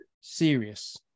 serious